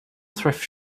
thrift